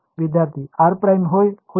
विद्यार्थी r ′ होईल